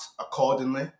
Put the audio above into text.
accordingly